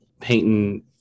painting